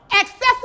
accessible